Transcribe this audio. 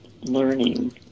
learning